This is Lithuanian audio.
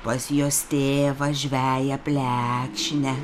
pas jos tėvą žveją plekšnę